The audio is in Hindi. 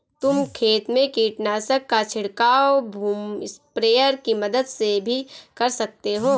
तुम खेत में कीटनाशक का छिड़काव बूम स्प्रेयर की मदद से भी कर सकते हो